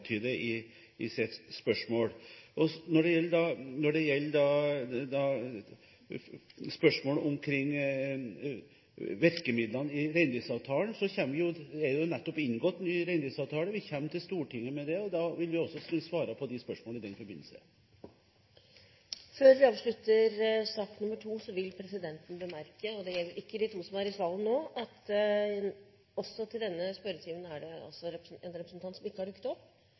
i sitt spørsmål. Når det gjelder spørsmål omkring virkemidlene i reindriftsavtalen, er det jo nettopp inngått en ny reindriftsavtale. Vi kommer til Stortinget med det, og da vil vi også kunne svare på de spørsmålene i den forbindelse. Før vi avslutter sak nr. 2, vil presidenten bemerke – og det gjelder ikke de to som er i salen nå – at også til denne spørretimen er det en representant som ikke har dukket opp.